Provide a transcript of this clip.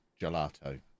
gelato